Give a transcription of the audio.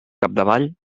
capdavall